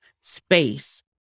space